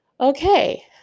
Okay